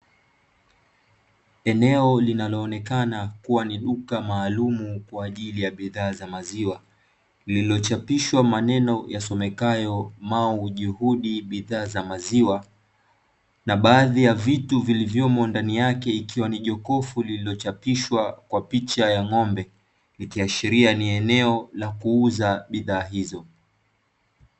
Eneo linaloonekana kuwa ni duka maalumu kwa ajili ya bidhaa za maziwa, lililochapishwa maneno yasomekayo "Mau Juhudi bidhaa za maziwa" na baadhi ya vitu vilivyomo ndani yake ikiwa ni jokofu lililochapishwa kwa picha ya ng'ombe; ikiashiria ni eneo la kuuza bidhaa hizo.